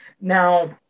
Now